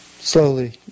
Slowly